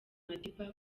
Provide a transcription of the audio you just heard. madiba